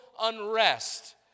unrest